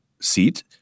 seat